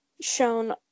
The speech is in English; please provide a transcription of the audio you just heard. shown